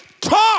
talk